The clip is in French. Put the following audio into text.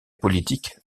politique